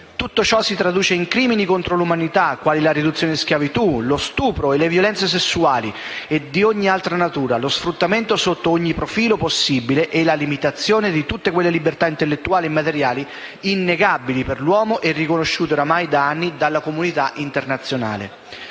Tutto ciò si traduce in crimini contro l'umanità, quali la riduzione in schiavitù, lo stupro e le violenze sessuali o di ogni altra natura, lo sfruttamento sotto ogni profilo possibile e la limitazione di tutte quelle libertà, intellettuali e materiali, innegabili per l'uomo e riconosciute oramai da anni dalla comunità internazionale.